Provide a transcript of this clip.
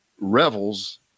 revels